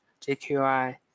JQI